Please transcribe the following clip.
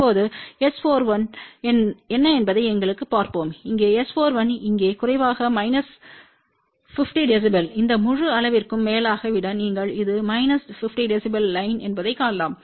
இப்போது S41என்ன என்பதை எங்களுக்கு பார்ப்போம்இங்கே S41இங்கே குறைவாக மைனஸ் 50 டெசிபல் இந்த முழு அளவிற்கும் மேலாக விட நீங்கள் இது மைனஸ் 50 dB லைன் என்பதைக் காணலாம்